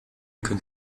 könnt